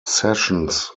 sessions